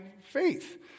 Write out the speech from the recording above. faith